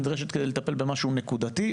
היא נדרשת כדי לטפל במשהו נקודתי,